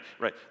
right